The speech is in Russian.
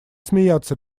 смеяться